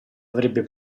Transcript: avrebbe